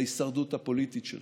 להישרדות הפוליטית שלך.